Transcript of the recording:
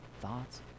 thoughts